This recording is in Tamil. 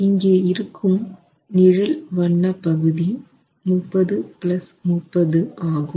இங்கே இருக்கும் நிழல் வண்ண பகுதி 3030 ஆகும்